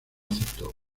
aceptó